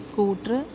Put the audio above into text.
scooter